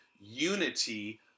unity